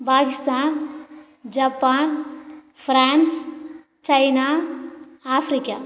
Pakistan Japan France China Africa